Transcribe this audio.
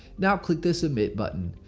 now click the submit button.